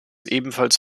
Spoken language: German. ebenfalls